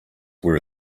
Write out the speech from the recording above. were